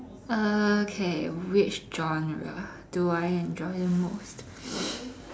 okay which genre do I enjoy the most